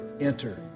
enter